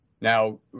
Now